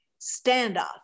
Standoff